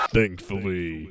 Thankfully